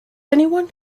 anyone